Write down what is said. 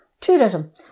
tourism